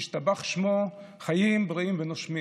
ישתבח שמו, חיים, בריאים ונושמים,